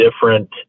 different